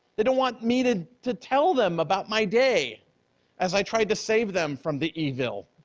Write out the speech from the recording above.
they don't want me to to tell them about my day as i try to save them from the evil.